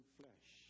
flesh